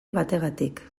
bategatik